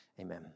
Amen